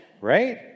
Right